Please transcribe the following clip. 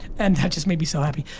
and just made me so happy.